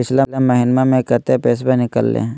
पिछला महिना मे कते पैसबा निकले हैं?